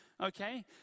okay